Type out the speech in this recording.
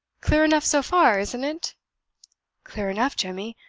clear enough, so far, isn't it? clear enough, jemmy,